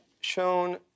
shown